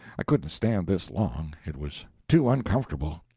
i couldn't stand this long it was too uncomfortable.